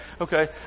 okay